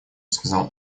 сказал